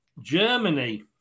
Germany